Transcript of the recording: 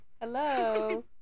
Hello